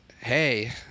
hey